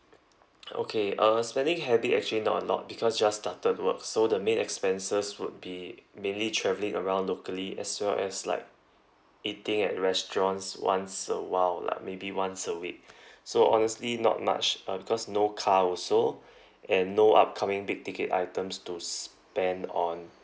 okay uh spending habit actually not a lot because just started work so the main expenses would be mainly travelling around locally as well as like eating at restaurants once a while like maybe once a week so honestly not much uh because no car also and no upcoming big ticket items to spend on